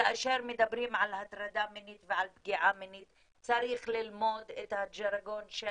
כאשר מדברים על הטרדה מינית ועל פגיעה מינית צריך ללמוד את הז'רגון של